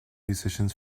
musicians